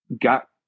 got